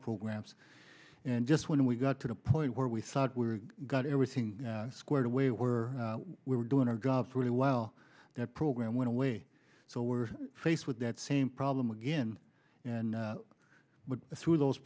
programs and just when we got to the point where we thought we were got everything squared away we're we're doing our job for a while that program went away so we're faced with that same problem again and through those